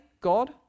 God